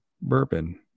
bourbon